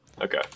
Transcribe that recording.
Okay